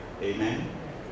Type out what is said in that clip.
Amen